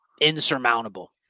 insurmountable